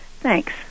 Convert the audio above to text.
Thanks